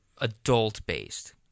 adult-based